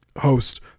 host